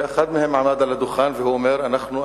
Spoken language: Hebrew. שאחד מהם עמד על הדוכן ואמר: אנחנו,